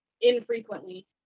infrequently